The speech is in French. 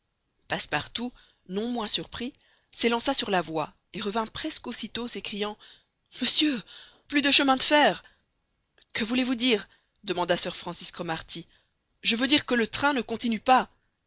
passepartout non moins surpris s'élança sur la voie et revint presque aussitôt s'écriant monsieur plus de chemin de fer que voulez-vous dire demanda sir francis cromarty je veux dire que le train ne continue pas